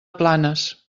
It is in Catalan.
planes